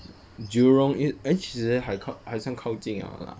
jurong east eh 其实还靠还算靠近 liao lah